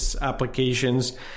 applications